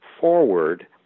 Forward